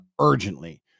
urgently